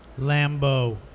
Lambo